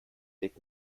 dick